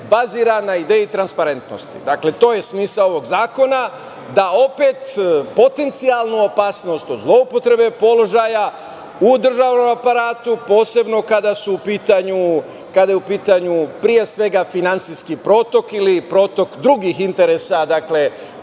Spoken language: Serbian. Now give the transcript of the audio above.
baziran na ideji transparentnosti. Dakle, to je smisao ovog zakona, da opet potencijalnu opasnost od zloupotrebe položaja u državnom aparatu, posebno kada je u pitanju pre svega finansijski protok ili protok drugih interesa kroz